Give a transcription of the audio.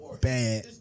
Bad